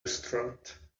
restaurant